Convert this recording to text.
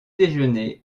déjeuner